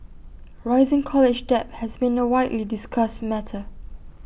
rising college debt has been A widely discussed matter